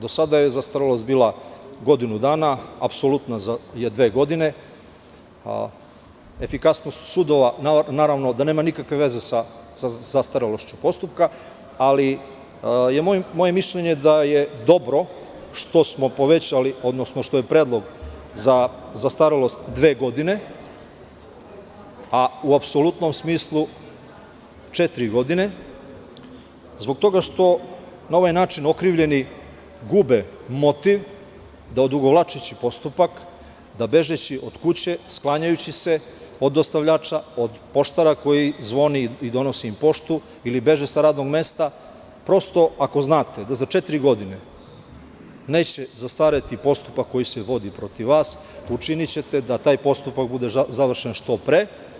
Do sada je zastarelost bila godinu dana, apsolutna je za dve godine, a efikasnost sudova naravno da nema nikakve veze sa zastarelošću postupka, ali je moje mišljenje da je dobro što smo povećali, odnosno što je predlog za zastarelost dve godine, a u apsolutnom smislu četiri godine, zbog toga što na ovaj način okrivljeni gube motiv da odugovlačeći postupak, da bežeći od kuće, sklanjajući se od dostavljača, od poštara koji zvoni i donosi im poštu ili beže sa radnog mesta, prosto ako znate da za četiri godine neće zastareti postupak koji se vodi protiv vas, učinićete da taj postupak bude završen što pre.